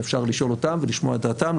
אפשר לשאול אותם ולשמוע את דעתם,